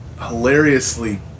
hilariously